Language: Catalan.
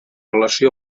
relació